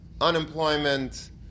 unemployment